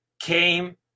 came